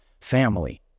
family